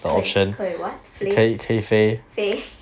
可以可以 [what] 飞飞